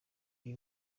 iyi